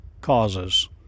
causes